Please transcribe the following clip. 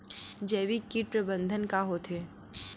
जैविक कीट प्रबंधन का होथे?